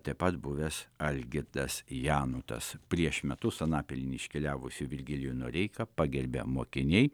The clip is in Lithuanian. taip pat buvęs algirdas janutas prieš metus anapilin iškeliavusį virgilijų noreiką pagerbė mokiniai